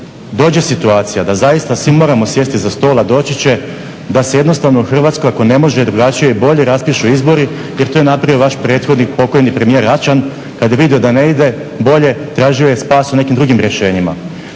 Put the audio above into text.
dođe situacija da zaista svi moramo sjesti za stol, a doći će, da se jednostavno u Hrvatskoj ako ne može drugačije i bolje raspišu izbori jer to je napravio vaš prethodnik pokojni premijer Račan kad je vidio da ne ide bolje tražio je spas u nekim drugim rješenjima.